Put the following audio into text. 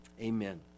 Amen